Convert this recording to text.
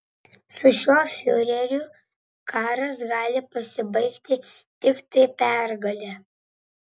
su šiuo fiureriu karas gali pasibaigti tiktai pergale